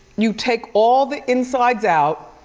you take all the insides out,